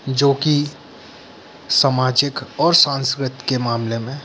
जो कि समाजिक और सांस्कृत मामलें में